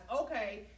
okay